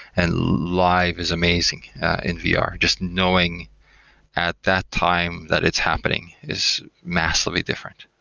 and live is amazing in vr. ah just knowing at that time that it's happening is massively different.